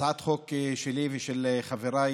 הצעת החוק שלי ושל חבריי,